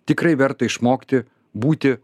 tikrai verta išmokti būti